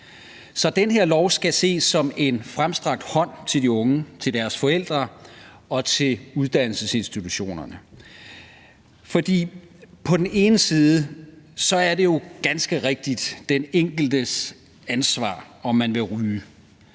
Så det her lovforslag skal ses som en fremstrakt hånd til de unge, til deres forældre og til uddannelsesinstitutionerne. For på den ene side er det jo ganske rigtigt den enkeltes ansvar, om man vil ryge,